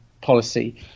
policy